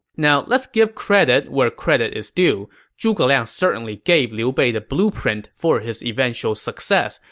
now, let's give credit where credit is due. zhuge liang certainly gave liu bei the blueprint for his eventual success,